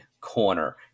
corner